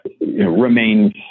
remains